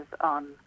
on